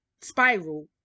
spiral